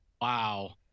Wow